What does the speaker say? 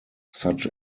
such